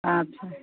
ଆଚ୍ଛା